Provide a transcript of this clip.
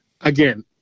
Again